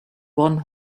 one